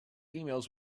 emails